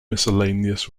miscellaneous